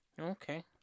Okay